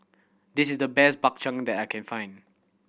this is the best Bak Chang that I can find